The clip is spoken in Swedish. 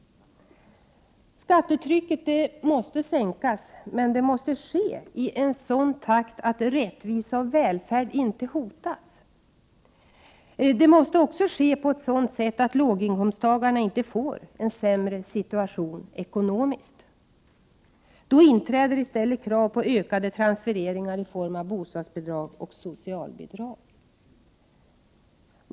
Skattetrycket måste sänkas, men det måste ske i en sådan takt att rättvisa och välfärd inte hotas. Det måste också ske på ett sådant sätt att låginkomsttagarna inte får en sämre ekonomisk situation. Då inträder i stället krav på ökade transfereringar i form av bostadsbidrag och socialbidrag.